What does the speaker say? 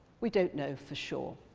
we don't know for sure.